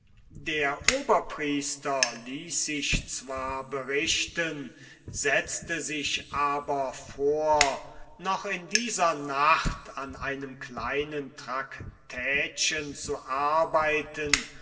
der oberpriester ließ sich zwar berichten setzte sich aber vor noch in dieser nacht an einem kleinen tractätchen zu arbeiten